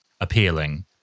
appealing